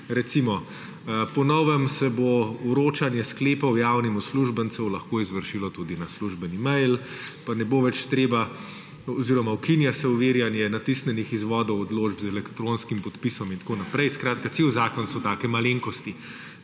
Recimo, po novem se bo vročanje sklepov javnim uslužbencem lahko izvršilo tudi na službeni mail, ukinja se overjanje natisnjenih izvodov odločb z elektronskim podpisom in tako naprej. Skratka, cel zakon so take malenkosti.